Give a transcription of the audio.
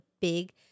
big